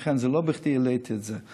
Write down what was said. ולכן לא בכדי העליתי את זה.